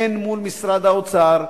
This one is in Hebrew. הן מול משרד האוצר,